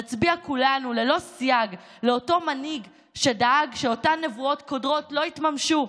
נצביע כולנו ללא סייג לאותו מנהיג שדאג שאותן נבואות קודרות לא יתממשו,